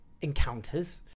encounters